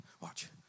Watch